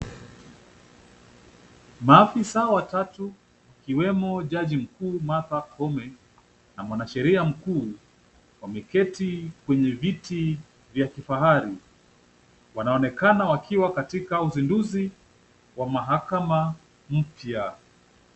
Maafisa watatu ikiwemo jaji mkuu Martha Koome na mwanasheria mkuu wameketi kwenye viti vya kifahari. Wanaonekana wakiwa katika uzinduzi wa mahakama mpya.